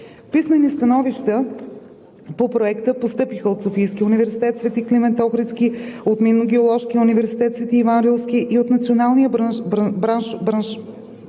Писмени становища по Проекта постъпиха от Софийския университет „Св. Климент Охридски”, от Минно-геоложкия университет „Св. Иван Рилски“ и от Националния браншов